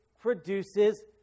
produces